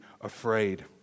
afraid